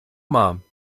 mal